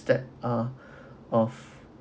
step ah of